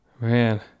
Man